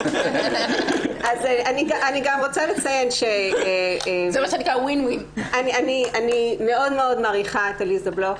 אני רוצה לציין שאני מאוד מאוד מעריכה את עליזה בלוך.